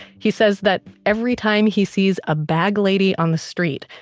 he says that every time he sees a bag lady on the street,